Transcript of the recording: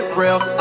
real